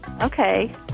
Okay